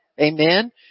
Amen